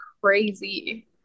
crazy